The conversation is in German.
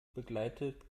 begleitet